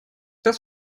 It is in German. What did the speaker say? das